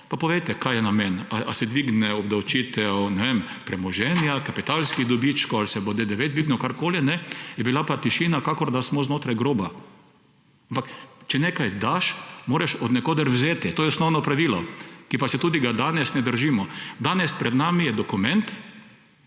pa povejte, kaj je namen, ali se dvigne obdavčitev, ne vem, premoženja, kapitalskih dobičkov, ali se bo DDV dvignil, karkoli, je bila pa tišina, kakor da smo znotraj groba. Ampak, če nekaj daš, moraš od nekod vzeti, to je osnovno pravilo, ki pa se tudi ga danes ne držimo. Danes pred nami je dokument,